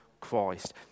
christ